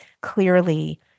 clearly